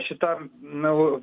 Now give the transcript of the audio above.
šita melu